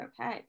okay